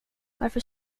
varför